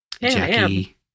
Jackie